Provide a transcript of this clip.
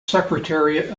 secretariat